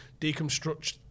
deconstruct